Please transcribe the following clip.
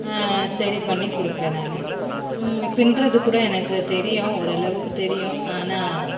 சரி பண்ணி கொடுப்பேன் நான் பின்னுறது கூட எனக்கு தெரியும் ஓரளவுக்கு தெரியும் ஆனால்